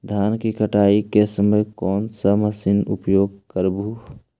धान की कटाई के समय कोन सा मशीन उपयोग करबू?